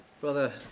Brother